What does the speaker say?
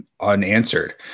unanswered